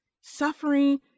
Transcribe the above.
suffering